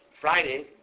Friday